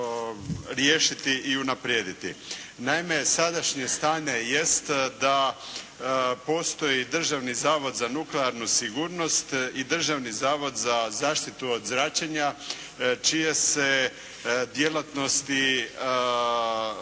riješiti i unaprijediti. Naime sadašnje stanje jest da postoji Državni zavod za nuklearnu sigurnost i Državni zavod za zaštitu od zračenja čije se djelatnosti vrlo,